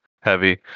heavy